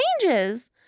changes